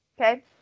Okay